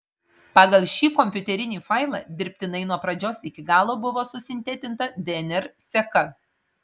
pagal šį kompiuterinį failą dirbtinai nuo pradžios iki galo buvo susintetinta dnr seka